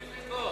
תמשיך לקרוא.